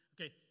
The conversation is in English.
Okay